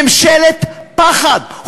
ממשלת פחד.